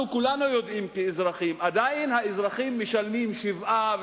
וכולנו כאזרחים יודעים שהאזרחים עדיין משלמים 7%,